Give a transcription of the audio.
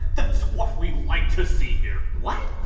that's what we like to see here what?